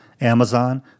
Amazon